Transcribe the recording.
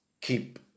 keep